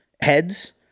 heads